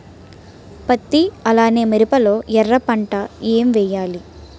పత్తి అలానే మిరప లో ఎర పంట ఏం వేయాలి?